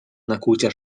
nakłucia